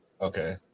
Okay